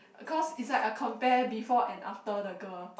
cause it's like a compare before and after the girl